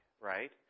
right